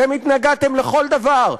אתם התנגדתם לכל דבר,